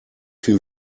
viel